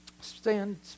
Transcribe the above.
Stand